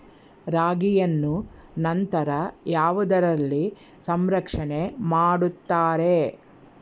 ರಾಗಿಯನ್ನು ನಂತರ ಯಾವುದರಲ್ಲಿ ಸಂರಕ್ಷಣೆ ಮಾಡುತ್ತಾರೆ?